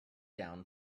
down